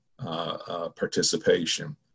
participation